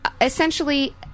essentially